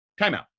Timeout